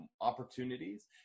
opportunities